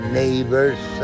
neighbors